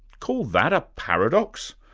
call that a paradox?